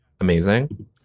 Amazing